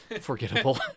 forgettable